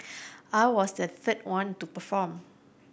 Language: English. I was the third one to perform